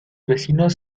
vecinos